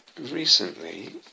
Recently